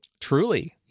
truly